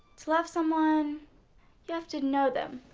to love someone you have to know them.